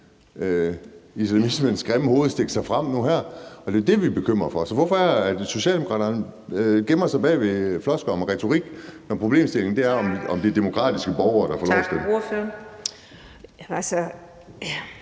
islamismens grimme hoved stikke frem, og det er det, vi er bekymret for. Så hvorfor er det, Socialdemokraterne gemmer sig bag ved floskler om retorik, når problemstillingen er, om det er demokratiske borgere, der får lov at